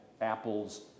apples